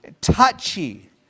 touchy